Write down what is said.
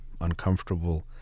uncomfortable